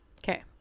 Okay